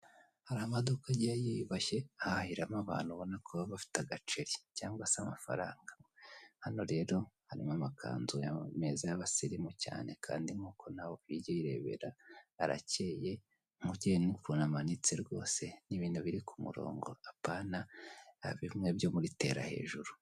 Hari amaduka agiye yiyubashye ahahiramo abantu ubona ko bafite agaceri cyangwa se amafaranga, hano rero harimo amakanzu meza y'abasirimu cyane kandi nk'uko nawe ubyirebera arakeye n'ukuntu amanitse rwose n'ibintu biri ku murongo apana bimwe byo muri tera hejuru.